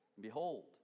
behold